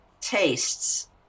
tastes